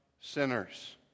sinners